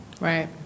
Right